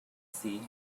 see